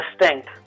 distinct